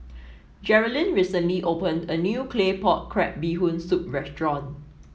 Jerrilyn recently opened a new Claypot Crab Bee Hoon Soup restaurant